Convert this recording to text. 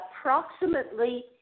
approximately